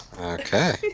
Okay